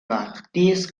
artiste